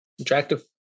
Attractive